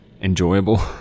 enjoyable